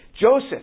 Joseph